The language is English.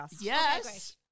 Yes